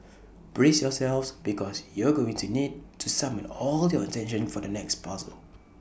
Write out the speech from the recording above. brace yourselves because you're going to need to summon all your attention for the next puzzle